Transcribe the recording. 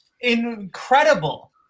incredible